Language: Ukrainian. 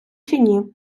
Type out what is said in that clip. тіні